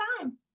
time